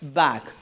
back